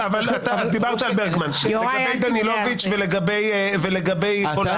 דיברת על ברגמן, לגבי דנילוביץ' ולגבי קול העם?